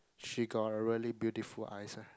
she got a really beautiful eyes ah